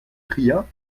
priya